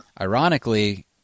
ironically